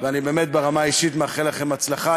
אני באמת ברמה האישית מאחל לכם הצלחה.